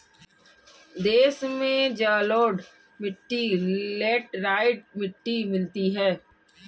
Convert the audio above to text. देश में जलोढ़ मिट्टी लेटराइट मिट्टी मिलती है